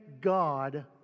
God